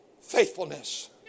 faithfulness